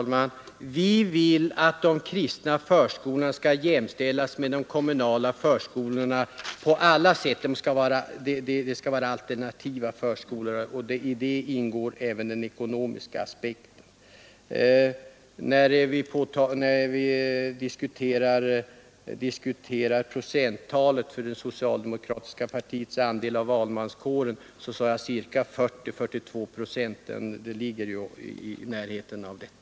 Fru talman! Vi vill att de kristna förskolorna skall vara jämställda med de kommunala förskolorna på alla sätt. Därmed avser vi även den ekonomiska aspekten. De skall vara alternativa förskolor. Det procenttal jag angav för det socialdemokratiska partiets andel av valmanskåren var 40—42 procent. Det ligger i närheten av det.